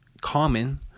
Common